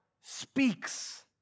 speaks